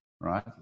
right